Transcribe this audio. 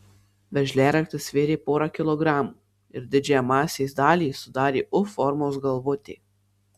veržliaraktis svėrė porą kilogramų ir didžiąją masės dalį sudarė u formos galvutė